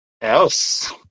else